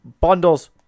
Bundles